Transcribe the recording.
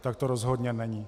Tak to rozhodně není.